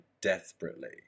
desperately